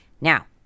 Now